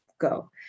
go